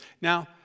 Now